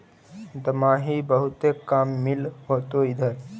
दमाहि बहुते काम मिल होतो इधर?